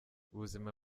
ubuzima